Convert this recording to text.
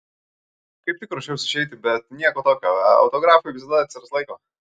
kaip tik ruošiausi išeiti bet nieko tokio autografui visada atsiras laiko